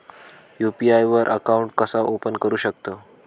UPI वर account कसा open करू शकतव?